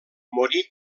morí